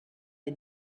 est